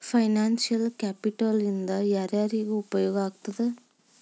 Financial capital ಇಂದಾ ಯಾರ್ಯಾರಿಗೆ ಉಪಯೊಗಾಗ್ತದ?